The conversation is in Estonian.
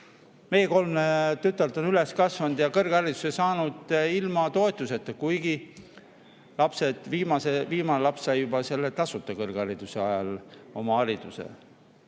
Meie kolm tütart on üles kasvanud ja kõrghariduse saanud ilma toetuseta, kuigi viimane laps sai tasuta kõrghariduse ajal oma hariduse.